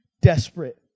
desperate